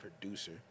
producer